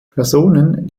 personen